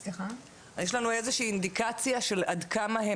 יש לנו איזו שהיא אינדיקציה שעד כמה הם